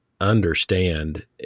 understand